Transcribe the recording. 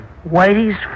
Whitey's